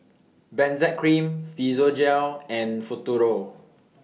Benzac Cream Physiogel and Futuro